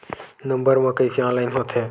Number मा कइसे online होथे?